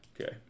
Okay